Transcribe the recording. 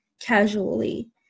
casually